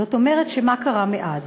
זאת אומרת שמה קרה מאז?